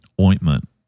ointment